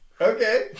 Okay